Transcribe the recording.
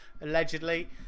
allegedly